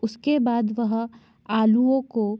उसके बाद वह आलुओं को